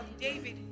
David